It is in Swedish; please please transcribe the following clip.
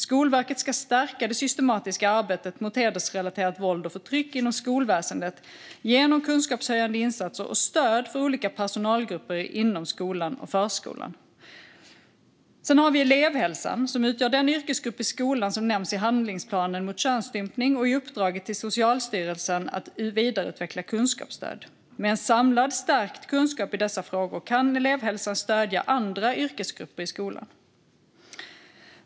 Skolverket ska stärka det systematiska arbetet mot hedersrelaterat våld och förtryck inom skolväsendet genom kunskapshöjande insatser och stöd för olika personalgrupper inom skolan och förskolan. Sedan har vi elevhälsan, som utgör den yrkesgrupp i skolan som nämns i handlingsplanen mot könsstympning och i uppdraget till Socialstyrelsen att vidareutveckla kunskapsstöd. Med en samlad stärkt kunskap i dessa frågor kan elevhälsan stödja andra yrkesgrupper i skolan.